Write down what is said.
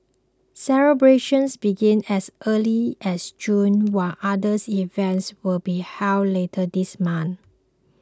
celebrations began as early as June while others events will be held later this month